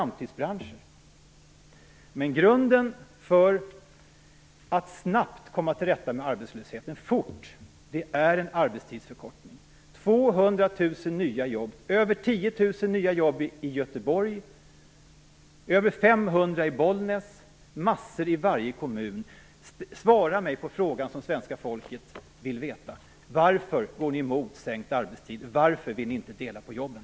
Men grunden för att snabbt komma till rätta med arbetslösheten är en arbetstidsförkortning. 200 000 i Bollnäs - massor av nya jobb i varje kommun! Svara på frågan som svenska folket ställer: Varför går ni emot sänkt arbetstid? Varför vill ni inte dela på jobben?